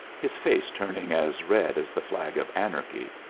his face turning as red as the flag of anarchy,